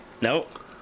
nope